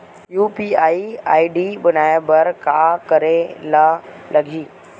UPI ID बनाये बर का करे ल लगही?